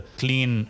clean